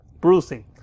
bruising